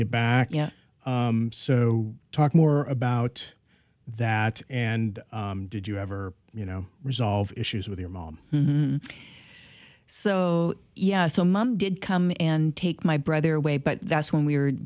you back yeah so talk more about that and did you ever you know resolve issues with your mom so yeah so mum did come and take my brother way but that's when we were